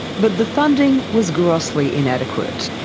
but the funding was grossly inadequate,